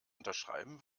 unterschreiben